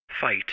fight